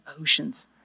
oceans